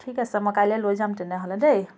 ঠিক আছে মই কাইলৈ লৈ যাম তেনেহ'লে দেই